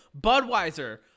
Budweiser